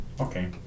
Okay